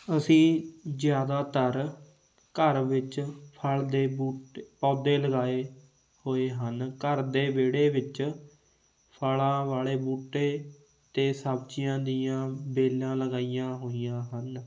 ਅਸੀਂ ਜ਼ਿਆਦਾਤਰ ਘਰ ਵਿੱਚ ਫਲ ਦੇ ਬੂਟੇ ਪੌਦੇ ਲਗਾਏ ਹੋਏ ਹਨ ਘਰ ਦੇ ਵਿਹੜੇ ਵਿੱਚ ਫਲਾਂ ਵਾਲੇ ਬੂਟੇ ਅਤੇ ਸਬਜ਼ੀਆਂ ਦੀਆਂ ਵੇਲਾਂ ਲਗਾਈਆਂ ਹੋਈਆਂ ਹਨ